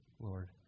Lord